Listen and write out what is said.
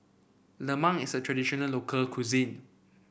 Lemang is a traditional local cuisine